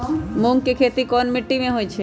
मूँग के खेती कौन मीटी मे होईछ?